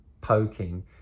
poking